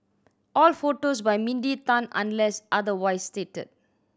all photos by Mindy Tan unless otherwise stated